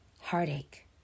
heartache